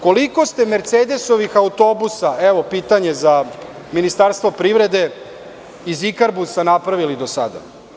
Koliko ste „Mercedesovih“ autobusa, evo pitanje za Ministarstvo privrede iz „Ikarbusa“ napravili do sada?